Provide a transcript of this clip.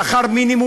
שכר מינימום,